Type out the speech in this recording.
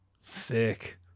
sick